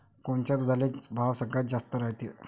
कोनच्या दुधाले भाव सगळ्यात जास्त रायते?